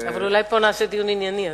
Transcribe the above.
אבל פה אולי נעשה דיון ענייני.